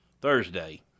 Thursday